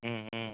ம் ம் ம்